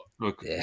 Look